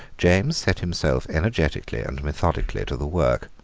james set himself energetically and methodically to the work.